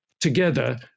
together